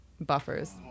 Buffers